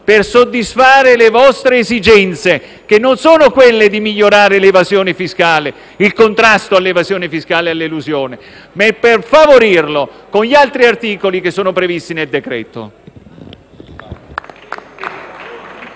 per soddisfare le vostre esigenze, che non sono quelle di migliorare il contrasto all'evasione fiscale e all'elusione, bensì di favorirle con gli altri articoli che sono previsti nel decreto-legge.